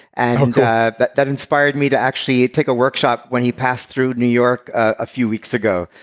and um that that inspired me to actually take a workshop when he passed through new york a few weeks ago.